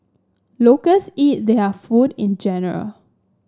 locals eat their food in general